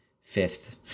fifth